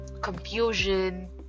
confusion